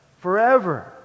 Forever